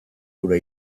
hura